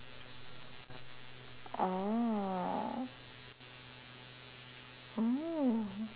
oh oo